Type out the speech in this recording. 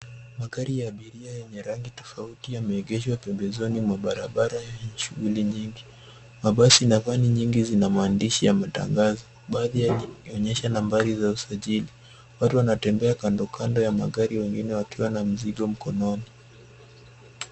Magari ya abiria yenye rangi tofauti yameegeshwa pembezoni mwa barabara yenye shughuli nyingi. Mabasi na van nyingi zina maandishi ya matangazo baadhi yakionyesha nambari za usajili. Watu wanatembea kando kando ya magari wengine wakiwa na mizigo mkononi.